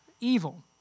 evil